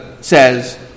says